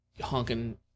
honking